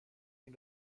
این